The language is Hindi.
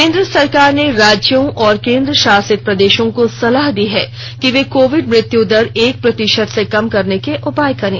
केंद्र सरकार ने राज्यों और केन्द्र शासित प्रदेशों को सलाह दी है कि वे कोविड मृत्युदर एक प्रतिशत से कम करने के उपाय करें